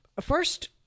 first